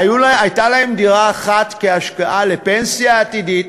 והייתה להם דירה אחת כהשקעה לפנסיה עתידית,